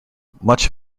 much